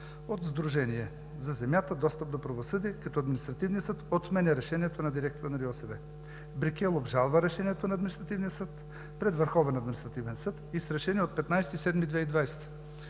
от Сдружение „За земята – достъп до правосъдие“, като Административният съд отменя решението на директора на РИОСВ. „Брикел“ обжалва решението на Административния съд пред Върховен административен съд и с решение от 15 юли 2020